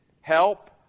help